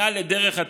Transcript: מעל לדרך הטבע.